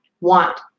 want